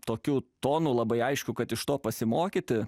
tokiu tonu labai aišku kad iš to pasimokyti